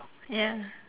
ya